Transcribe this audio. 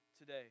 today